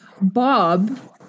Bob